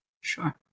Sure